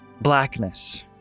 blackness